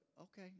okay